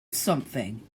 something